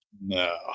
No